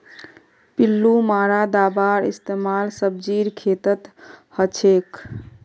पिल्लू मारा दाबार इस्तेमाल सब्जीर खेतत हछेक